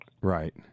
Right